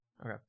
okay